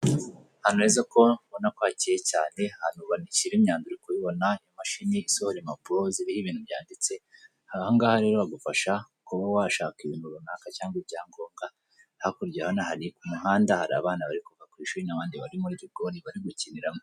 Ahantu heza ubona ko hakeye cyane ahantu bashyira imyanda uri kubibona, imashini isohora impapuro ziriho ibintu byanditse aha ngaha rero bagufasha kuba washaka ibintu runaka cyangwa ibyangombwa hakurya hari umuhanda hari abana bavuye ku ishuri bari muri ligori bari gukiniramo.